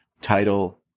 title